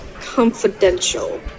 confidential